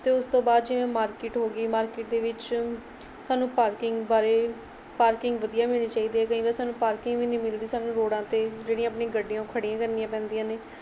ਅਤੇ ਉਸ ਤੋਂ ਬਾਅਦ ਜਿਵੇਂ ਮਾਰਕਿਟ ਹੋ ਗਈ ਮਾਰਕਿਟ ਦੇ ਵਿੱਚ ਸਾਨੂੰ ਪਾਰਕਿੰਗ ਬਾਰੇ ਪਾਰਕਿੰਗ ਵਧੀਆ ਮਿਲਣੀ ਚਾਹੀਦੀ ਹੈ ਕਈ ਵਾਰੀ ਸਾਨੂੰ ਪਾਰਕਿੰਗ ਵੀ ਨਹੀਂ ਮਿਲਦੀ ਸਾਨੂੰ ਰੌੜਾਂ 'ਤੇ ਜਿਹੜੀਆਂ ਆਪਣੀਆਂ ਗੱਡੀਆਂ ਉਹ ਖੜ੍ਹੀਆਂ ਕਰਨੀਆਂ ਪੈਂਦੀਆਂ ਨੇ